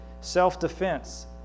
self-defense